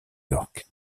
york